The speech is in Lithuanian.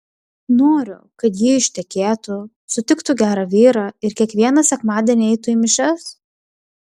noriu kad ji ištekėtų sutiktų gerą vyrą ir kiekvieną sekmadienį eitų į mišias